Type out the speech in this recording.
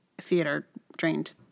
theater-trained